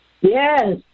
Yes